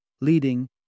leading